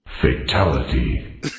Fatality